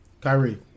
Kyrie